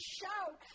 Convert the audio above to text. shout